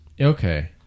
Okay